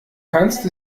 kannst